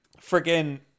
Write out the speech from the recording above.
Freaking